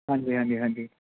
ਹਾਂਜੀ ਹਾਂਜੀ ਹਾਂਜੀ